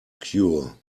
cure